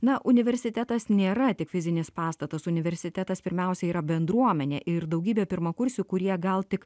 na universitetas nėra tik fizinis pastatas universitetas pirmiausia yra bendruomenė ir daugybė pirmakursių kurie gal tik